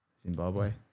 Zimbabwe